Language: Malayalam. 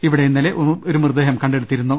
ഇവിടെ ഇന്നലെ ഒരു മൃതദേഹം കണ്ടെടുത്തിരുന്നു